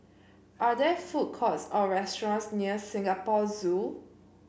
are there food courts or restaurants near Singapore Zoo